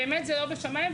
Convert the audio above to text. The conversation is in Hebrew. באמת זה לא בשמים,